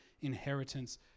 inheritance